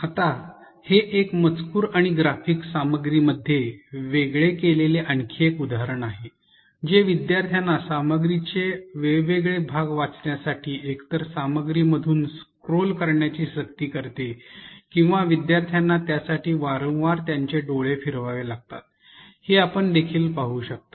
आता हे एक मजकूर आणि ग्राफिक्स सामग्रीमध्ये वेगळे केलेले आणखी एक उदाहरण आहे जे विद्यार्थ्यांना सामग्रीचे वेगवेगळे भाग वाचण्यासाठी एकतर सामग्रीमधून स्क्रोल करण्याची सक्ती करते किंवा विद्यार्थ्यांना त्यासाठी वारंवार त्यांचे डोळे फिरवावे लागतात हे आपण देखील पाहू शकता